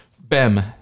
Bem